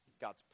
God's